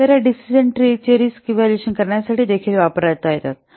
तर या decision tree risk चे इव्हॅल्युएशन करण्यासाठी देखील वापरता येतात